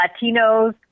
Latinos